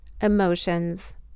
emotions